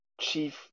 chief